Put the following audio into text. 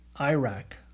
Iraq